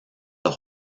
the